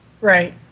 Right